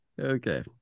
Okay